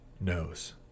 knows